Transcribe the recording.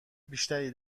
بیشتری